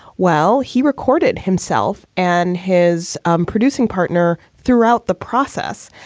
well, he recorded himself and his um producing partner throughout the process.